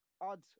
odd